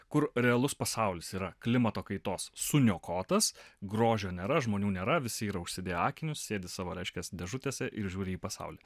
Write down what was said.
kur realus pasaulis yra klimato kaitos suniokotas grožio nėra žmonių nėra visi yra užsidėję akinius sėdi savo reiškias dėžutėse ir žiūri į pasaulį